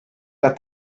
that